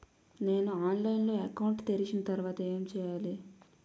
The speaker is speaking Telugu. నేను ఆన్లైన్ లో అకౌంట్ తెరిచిన తర్వాత ఏం చేయాలి?